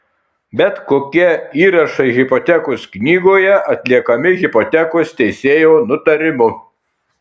bet kokie įrašai hipotekos knygoje atliekami hipotekos teisėjo nutarimu